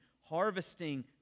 harvesting